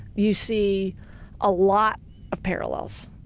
you see a lot of parallels.